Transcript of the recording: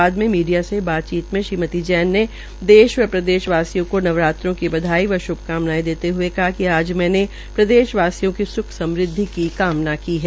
बाद में मीडिया से बातचीत मे श्रीमती जैन ने देश व प्रदेश वासियों को नवरात्रों की बधाई व श्भकामनाये देते हए कहा कि आज मैने प्रदेशवासियों का स्ख समृदवि की कामना की है